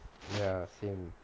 ya same